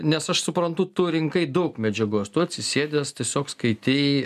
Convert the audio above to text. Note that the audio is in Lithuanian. nes aš suprantu tu rinkai daug medžiagos tu atsisėdęs tiesiog skaitei